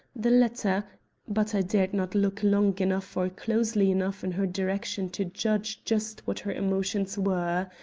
the latter but i dared not look long enough or closely enough in her direction to judge just what her emotions were.